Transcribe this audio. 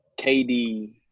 kd